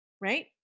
Right